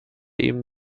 ihm